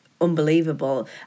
unbelievable